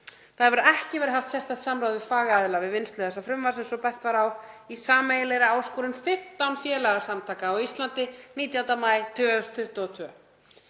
Þá hafi ekki verið haft sérstakt samráð við fagaðila við vinnslu þessa frumvarps, eins og bent var á í sameiginlegri áskorun 15 félagasamtaka á Íslandi 19. maí 2022.